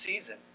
season